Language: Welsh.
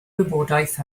wybodaeth